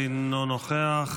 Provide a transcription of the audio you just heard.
אינו נוכח,